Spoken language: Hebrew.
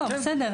בסדר.